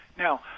Now